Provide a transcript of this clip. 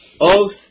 oath